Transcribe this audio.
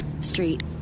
Street